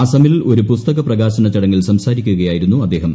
അസമിൽ ഒരു പുസ്തക പ്രകാശന ചടങ്ങിൽ സംസാരിക്കുകയായിരുന്നു അദ്ദേഹം